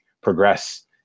progress